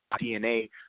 DNA